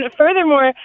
furthermore